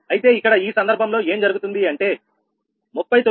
అయితే ఇక్కడ ఈ సందర్భంలో ఏం జరుగుతుంది అంటే 39